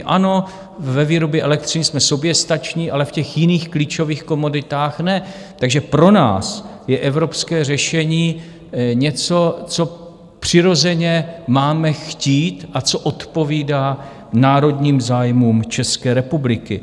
Ano, ve výrobě elektřiny jsme soběstační, ale v těch jiných klíčových komoditách ne, takže pro nás je evropské řešení něco, co přirozeně máme chtít a co odpovídá národním zájmům České republiky.